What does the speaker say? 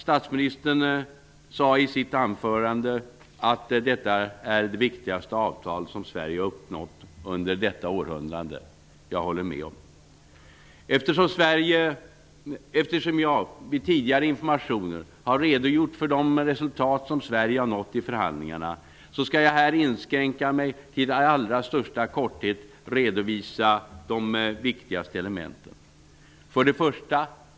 Statsministern sade i sitt anförande att detta är det viktigaste avtal som Sverige har uppnått under detta århundrade. Jag håller med om det. Eftersom jag vid tidigare informationer har redogjort för de resultat som Sverige har uppnått i förhandlingarna, skall jag här inskränka mig till att i allra största korthet redovisa de viktigaste elementen.